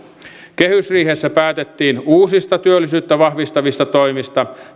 kehysriihessä päätettiin uusista työllisyyttä vahvistavista toimista